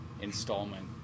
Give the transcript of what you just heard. installment